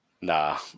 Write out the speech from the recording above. Nah